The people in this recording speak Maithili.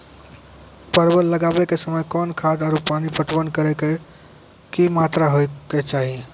परवल लगाबै के समय कौन खाद आरु पानी पटवन करै के कि मात्रा होय केचाही?